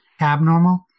abnormal